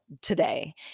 today